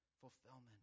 fulfillment